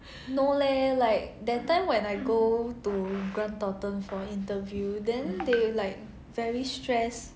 no leh like that time when I go to Grant Thornton for interview then they like very stress